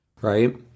right